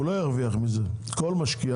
הוא לא ירוויח מזה, כל משקיע.